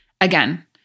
Again